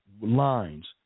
lines